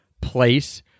place